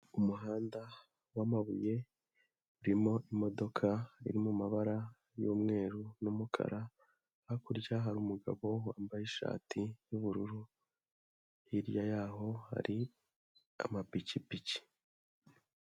Umuhanda wamabuye urimo imodoka iri mu mabara y'umweru n'umukara, hakurya hari umugabo wambaye ishati y'ubururu, hirya yaho hari amapikipiki.